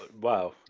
wow